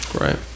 right